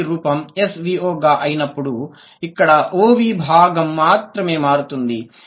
SOV రూపం SVO గా అయినప్పుడు ఇక్కడ OV భాగం మాత్రమే మారుతోంది